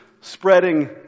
spreading